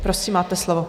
Prosím, máte slovo.